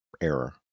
error